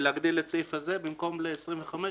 ולהגדיל את הסעיף הזה במקום 25 ל-30.